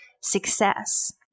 success